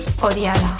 Odiada